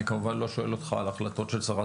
אני כמובן לא שואל אותך על החלטות של שרת